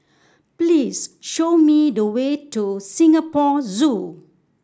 please show me the way to Singapore Zoo